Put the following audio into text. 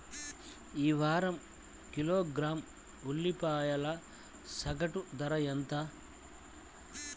ఈ వారం కిలోగ్రాము ఉల్లిపాయల సగటు ధర ఎంత?